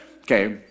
Okay